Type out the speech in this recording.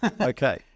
Okay